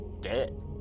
dead